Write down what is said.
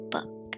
Book